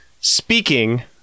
speaking